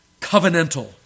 covenantal